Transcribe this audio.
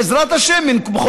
בעזרת השם, במה